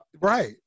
Right